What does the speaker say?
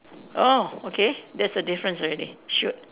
oh okay that's a difference already shoot